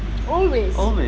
always